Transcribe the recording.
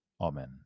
Amen